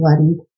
bloodied